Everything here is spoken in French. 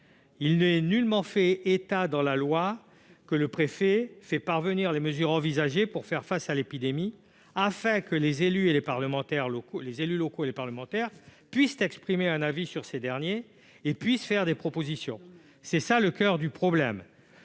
Il n'est nullement fait état dans la loi que le préfet « fait parvenir les mesures envisagées » pour faire face à l'épidémie, afin que les élus locaux et les parlementaires « puissent exprimer un avis sur ces dernières et faire des propositions ». Tel est le coeur du problème.